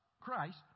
Christ